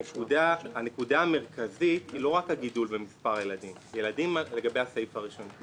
הנקודה המרכזית היא לא רק הגידול במספר הילדים לגבי הסעיף הראשון.